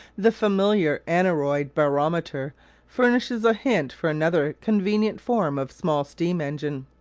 the familiar aneroid barometer furnishes a hint for another convenient form of small steam-engine.